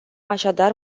așadar